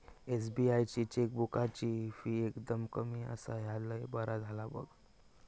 SBI ची चेकबुकाची fee एकदम कमी आसा, ह्या लय बरा झाला बघ